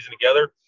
together